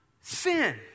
Sin